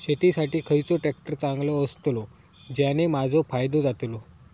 शेती साठी खयचो ट्रॅक्टर चांगलो अस्तलो ज्याने माजो फायदो जातलो?